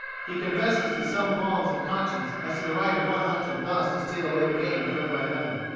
he confesses to some qualms of conscience as to the right of one hunter thus to steal away the game killed by another.